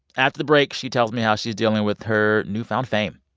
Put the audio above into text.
after the break, she tells me how she's dealing with her newfound fame.